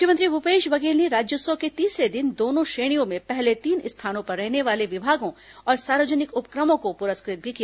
मुख्यमंत्री भूपेश बघेल ने राज्योत्सव के तीसरे दिन दोनों श्रेणियों में पहले तीन स्थानों पर रहने वाले विभागों और सार्वजनिक उपक्र मों को पुरस्कृत भी किया